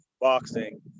boxing